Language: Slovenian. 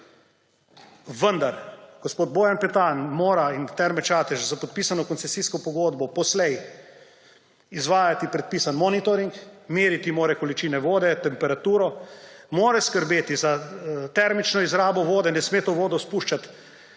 Vendar gospod Bojan Petan in Terme Čatež s podpisano koncesijsko pogodbo morajo poslej izvajati predpisan monitoring, meriti morajo količino vode, temperaturo, morajo skrbeti za termično izrabo vode, ne smejo te vode spuščati